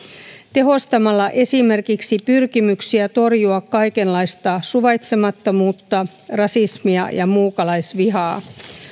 tehostamalla esimerkiksi pyrkimyksiä torjua kaikenlaista suvaitsemattomuutta rasismia ja muukalaisvihaa